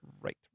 Right